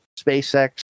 SpaceX